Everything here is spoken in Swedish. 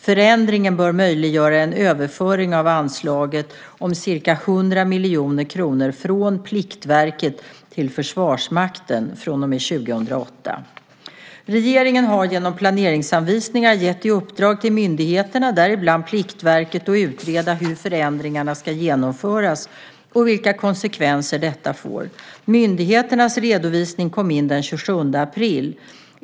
Förändringen bör möjliggöra en överföring av anslaget om ca 100 miljoner kronor från Pliktverket till Försvarsmakten från och med 2008. Regeringen har genom planeringsanvisningar gett i uppdrag till myndigheterna, däribland Pliktverket, att utreda hur förändringarna ska genomföras och vilka konsekvenser dessa får. Myndigheternas redovisning kom in den 27 april.